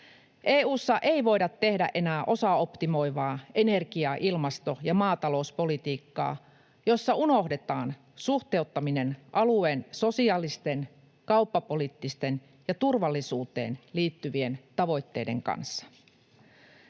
EU:ssa ei voida tehdä enää osaoptimoivaa energia-, ilmasto- ja maatalouspolitiikkaa, jossa unohdetaan suhteuttaminen alueen sosiaalisten, kauppapoliittisten ja turvallisuuteen liittyvien tavoitteiden kanssa.